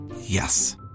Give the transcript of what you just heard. Yes